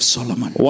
Solomon